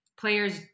players